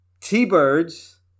T-Birds